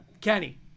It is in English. Kenny